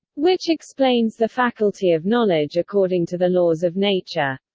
which explains the faculty of knowledge according to the laws of nature.